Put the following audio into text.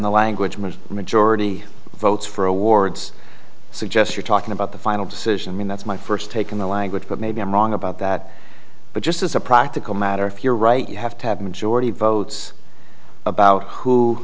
the language which majority votes for awards suggest you're talking about the final decision mean that's my first take in the language but maybe i'm wrong about that but just as a practical matter if you're right you have to have majority votes about who